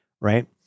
right